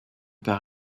par